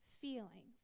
feelings